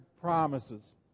promises